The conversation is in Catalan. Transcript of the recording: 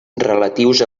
relatius